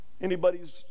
anybody's